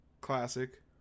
Classic